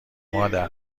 مادر